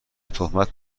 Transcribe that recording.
تهمت